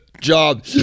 job